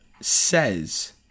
says